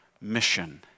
mission